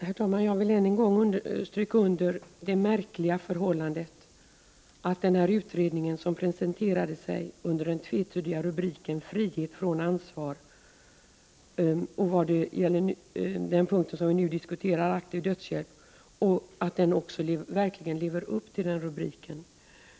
Herr talman! Jag vill än en gång stryka under det märkliga förhållandet att denna utredning presenterade sig under den tvetydiga rubriken ”Frihet från ansvar”. Vad gäller den punkt vi nu diskuterar, aktiv dödshjälp, har den verkligen levt upp till den rubriken.